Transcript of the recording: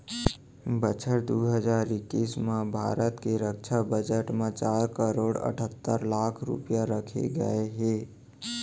बछर दू हजार इक्कीस म भारत के रक्छा बजट म चार करोड़ अठत्तर लाख रूपया रखे गए हे